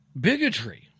bigotry